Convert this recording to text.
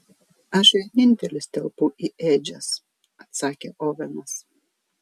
aš vienintelis telpu į ėdžias atsakė ovenas